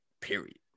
period